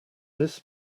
this